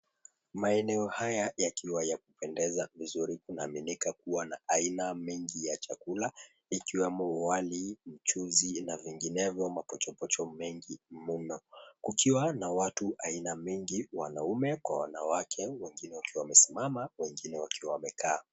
Maeneo haya yakiwa ya kupendeza vizuri kunaaminika kuwa na aina mingi ya chakula ikiwemo wali, mchuzi na vinginevyo mapochopocho mengi mno. Kukiwa na watu aina mingi wanaume kwa wanawake wengine wakiwa wamesimama wengine wakiwa wamekaa.